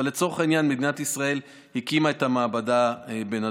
אבל לצורך העניין מדינת ישראל הקימה את המעבדה בנתב"ג.